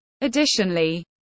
Additionally